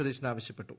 സതീശൻ ആവശ്യപ്പെട്ടു